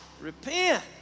Repent